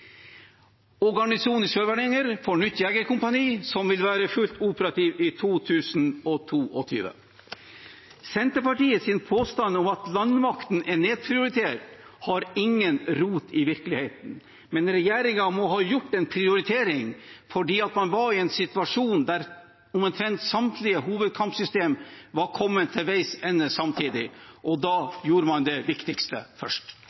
og garnisonen i Sør-Varanger får nytt jegerkompani som vil være fullt operativt i 2022. Senterpartiets påstand om at landmakten er nedprioritert, har ingen rot i virkeligheten. Men regjeringen måtte gjøre en prioritering, for man var i en situasjon der omtrent samtlige hovedkampsystemer var kommet til veis ende samtidig. Da gjorde man det viktigste først. Det haster med å utrydde ekstrem fattigdom og